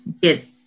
get